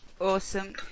Awesome